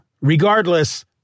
Regardless